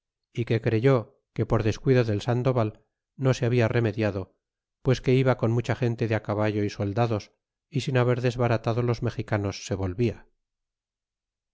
y que creyó que por descuido del sandoval no se habia remediado pues que iba con mucha gente de á caballo y soldados y sin haber desbaratado los mexicanos se volvia